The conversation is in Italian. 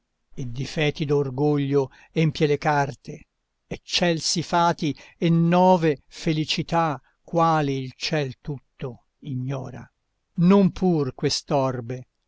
e di fetido orgoglio empie le carte eccelsi fati e nove felicità quali il ciel tutto ignora non pur quest'orbe